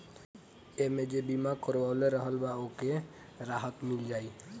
एमे जे बीमा करवले रहल बा ओके राहत मिल जाई